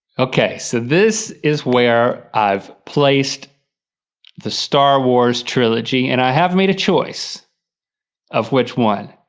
okay, so this is where i've placed the star wars trilogy, and i have made a choice of which one.